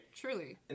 Truly